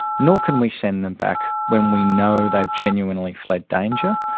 nor can we send them back when we know they've genuinely fled danger.